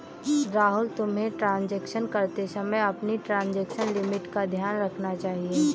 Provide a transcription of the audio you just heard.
राहुल, तुम्हें ट्रांजेक्शन करते समय अपनी ट्रांजेक्शन लिमिट का ध्यान रखना चाहिए